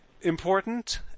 important